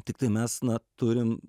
tiktai mes na turim